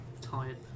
tired